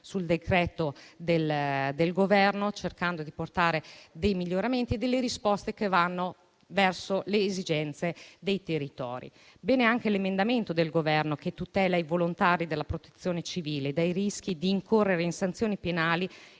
sul decreto-legge, cercando di apportare miglioramenti e di dare risposte che vanno verso le esigenze dei territori. Positivo è anche l'emendamento del Governo che tutela i volontari della Protezione civile dai rischi di incorrere in sanzioni penali